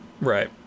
Right